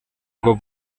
ngo